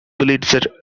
pulitzer